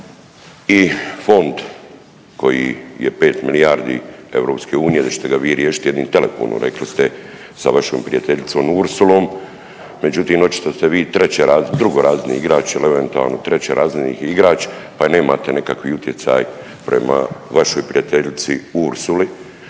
i fond koji je 5 milijardi EU da ćete ga vi riješit jednim telefonom rekli ste sa vašom prijateljicom Ursulom, međutim očito ste vi drugorazredni igrač, il eventualno trećerazredni igrač pa nemate nekakvi utjecaj prema vašoj prijateljici Ursuli,